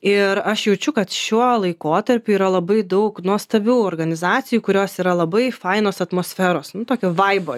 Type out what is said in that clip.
ir aš jaučiu kad šiuo laikotarpiu yra labai daug nuostabių organizacijų kurios yra labai fainos atmosferos nu tokio vaibo